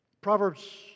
Proverbs